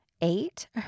eight